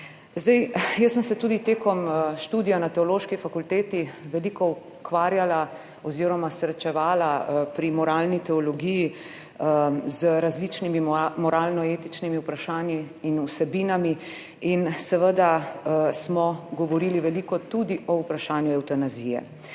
Jaz sem se tudi med študijem na Teološki fakulteti veliko ukvarjala oziroma srečevala pri moralni teologiji z različnimi moralno-etičnimi vprašanji in vsebinami in seveda smo veliko govorili tudi o vprašanju evtanazije.